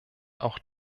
auch